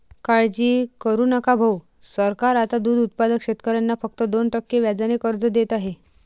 काळजी करू नका भाऊ, सरकार आता दूध उत्पादक शेतकऱ्यांना फक्त दोन टक्के व्याजाने कर्ज देत आहे